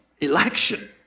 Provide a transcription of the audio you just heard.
election